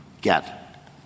get